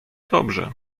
dobrze